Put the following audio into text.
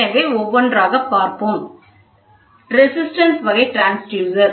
எனவே ஒவ்வொன்றாக பார்ப்போம் ரேசிஸ்டன்ஸ் வகை டிரான்ஸ்யூசர்